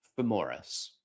femoris